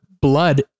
blood